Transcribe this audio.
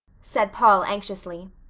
said paul anxiously.